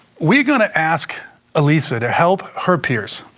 we're going to ask elissa to help her peers,